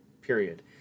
Period